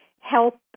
help